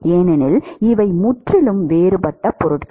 ஏனெனில் இவை முற்றிலும் வேறுபட்ட பொருள்கள்